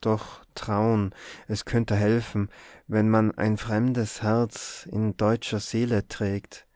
doch traun es könnte helfen wenn man ein fremdes herz in deutscher seele trägt